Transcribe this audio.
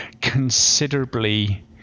considerably